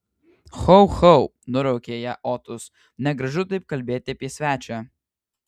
ho ho nuraukė ją otus negražu taip kalbėti apie svečią